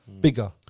bigger